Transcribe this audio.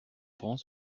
prends